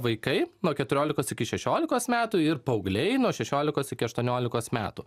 vaikai nuo keturiolikos iki šešiolikos metų ir paaugliai nuo šešiolikos iki aštuoniolikos metų